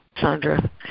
Sandra